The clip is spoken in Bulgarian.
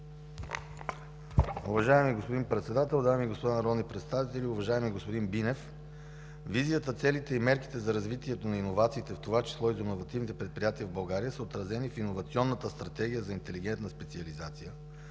Уважаеми господин Председател, дами и господа народни представители! Уважаеми господин Бинев, визията, целите и мерките за развитието на иновациите, в това число и за иновативните предприятия в България, са отразени в Иновационната стратегия за интелигентна специализация,